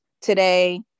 today